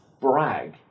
brag